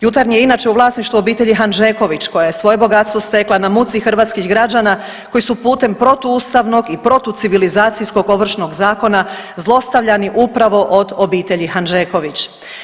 Jutarnji je inače u vlasništvu obitelji Hanžeković koja je svoje bogatstvo stekla na muci hrvatskih građana koji su putem protuustavnog i protucivilizacijskog Ovršnog zakona zlostavljani upravo od obitelji Hanžeković.